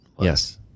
Yes